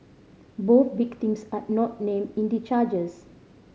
both victims are not named in the charges